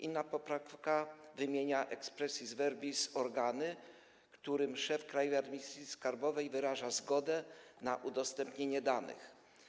Inna poprawka wymienia expressis verbis organy, którym szef Krajowej Administracji Skarbowej wyraża zgodę na udostępnienie danych.